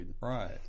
right